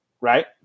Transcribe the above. right